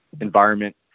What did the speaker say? environment